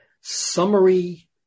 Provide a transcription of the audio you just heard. summary